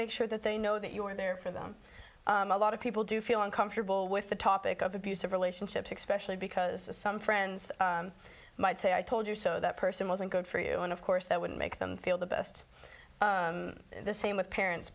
make sure that they know that you're there for them a lot of people do feel uncomfortable with the topic of abusive relationships expression because some friends might say i told you so that person wasn't good for you and of course that wouldn't make them feel the best and the same with parents